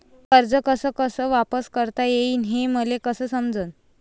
कर्ज कस कस वापिस करता येईन, हे मले कस समजनं?